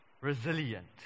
resilient